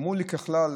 אמרו לי: ככלל,